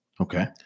Okay